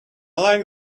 like